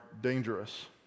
dangerous